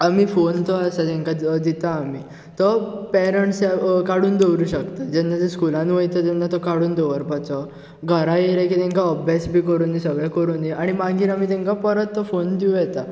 आमी फोन तो आसा तेंका दिता आमी तो पॅरंट्स काडून दवरूं शकता जेन्ना स्कुलान वयता तेन्ना तो काडून दवरपाचो घरा येले की तांका अभ्यास बी करूनी सगळे करूनी आनी मागीर आमी तेंका तो परत फोन दिवं येता